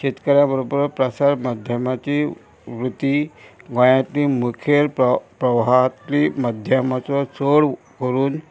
शेतकऱ्या बरोबर प्रसार माध्यमाची वृत्ती गोंयांतली मुखेल प्र प्रवाहातली माध्यमाचो चोड करून